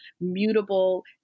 mutable